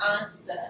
answer